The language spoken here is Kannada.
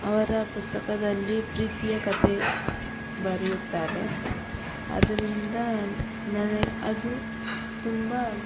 ಅವರ ಪುಸ್ತಕದಲ್ಲಿ ಪ್ರೀತಿಯ ಕಥೆ ಬರೆಯುತ್ತಾರೆ ಅದರಿಂದ ನನ ಅದು ತುಂಬ